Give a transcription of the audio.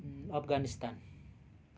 Afghanistan